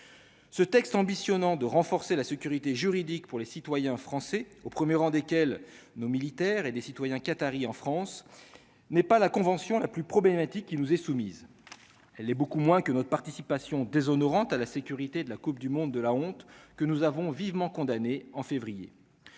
ce texte ambitionnant de renforcer la sécurité juridique pour les citoyens français au 1er rang desquels nos militaires et des citoyens qataris en France n'est pas la convention la plus problématique qui nous est soumise, elle est beaucoup moins que notre participation déshonorante à la sécurité de la Coupe du monde de la honte que nous avons vivement condamné en février,